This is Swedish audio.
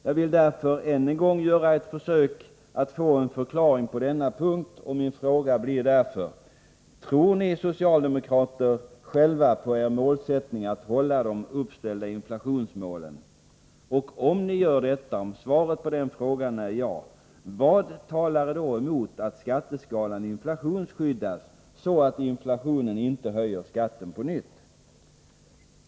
Jag vill därför än en gång göra ett försök att få en förklaring på denna punkt. Därför frågar jag: Tror ni socialdemokrater själva på er målsättning att hålla de uppställda inflationsmålen? Om svaret på den frågan är ja, vad talar då emot att skatteskalan inflationsskyddas, så att inflationen inte höjer skatten på nytt?